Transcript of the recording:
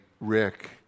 Rick